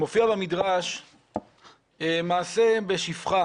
מופיע במדרש מעשה בשפחה